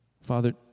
Father